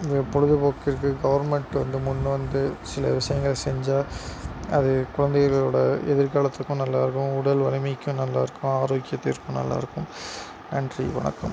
இந்த பொழுதுபோக்கிற்கு கவெர்மென்ட் வந்து முன்வந்து சில விஷயங்கள் செஞ்சால் அது குழந்தைகளோடய எதிர்காலத்துக்கும் நல்லா இருக்கும் உடல் வலிமைக்கும் நல்லா இருக்கும் ஆரோக்கியத்திற்கும் நல்லா இருக்கும் நன்றி வணக்கம்